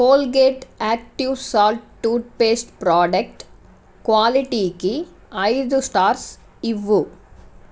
Colgate active salt toothpaste product క్వాలిటీకి ఐదు stars ఇవ్వు